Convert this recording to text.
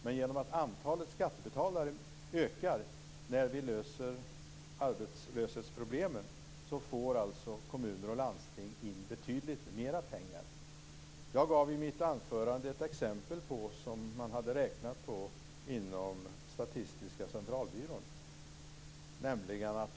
Men genom att antalet skattebetalare ökar när vi löser arbetslöshetsproblemen, får alltså kommuner och landsting in betydligt mer pengar. Jag gav i mitt anförande ett exempel som man hade räknat på inom Statistiska centralbyrån.